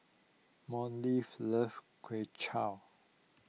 loves Kway Chap